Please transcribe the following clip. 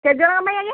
କେତେ ଜଣଙ୍କ ପାଇଁ ଆଜ୍ଞା